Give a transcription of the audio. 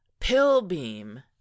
Pillbeam